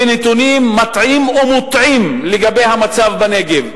בנתונים מטעים ומוטעים לגבי המצב בנגב.